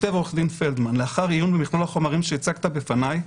כותב עו"ד פלדמן: "לאחר עיון בכל החומרים שהצגת בפניי"